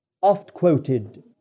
oft-quoted